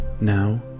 Now